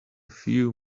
few